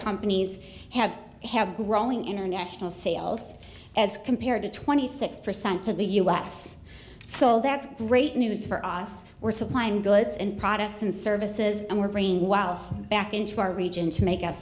companies had have growing international sales as compared to twenty six percent to the u s so that's great news for us we're supplying goods and products and services and we're praying while back into our region to make us